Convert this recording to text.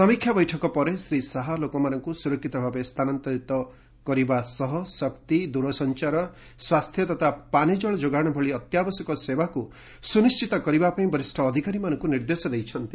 ସମୀକ୍ଷା ବୈଠକ ପରେ ଶ୍ରୀ ଶାହା ଲୋକମାନଙ୍କୁ ସୁରକ୍ଷିତ ଭାବେ ସ୍ଥାନାନ୍ତରିତ କରିବା ଓ ଶକ୍ତି ଦୂରସଞ୍ଚାର ସ୍ୱାସ୍ଥ୍ୟ ତଥା ପାନୀୟଜଳ ଯୋଗାଣ ଭଳି ଅତ୍ୟାବଶ୍ୟକ ସେବାକୁ ସୁନିଣ୍ଢିତ କରିବା ପାଇଁ ବରିଷ ଅଧିକାରୀମାନଙ୍କୁ ନିର୍ଦ୍ଦେଶ ଦେଇଛନ୍ତି